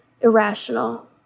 irrational